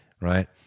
right